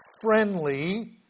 friendly